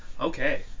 Okay